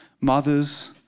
mothers